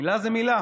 מילה זה מילה.